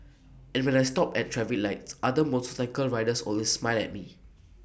and when I stop at traffic lights other motorcycle riders always smile at me